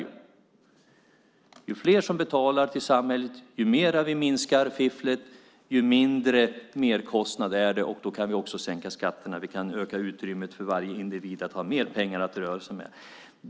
Ju fler som betalar till samhället och ju mer vi minskar fifflet, desto mindre merkostnad är det. Då kan vi också sänka skatterna. Vi kan öka utrymmet för varje individ, så att de har mer pengar att röra sig med.